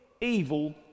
evil